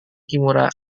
kimura